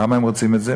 למה הם רוצים את זה?